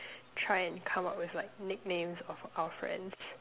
try and come out with like nicknames of our friends